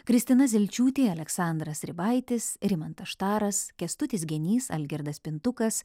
kristina zelčiūtė aleksandras ribaitis rimantas štaras kęstutis genys algirdas pintukas